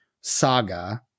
saga